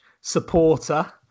supporter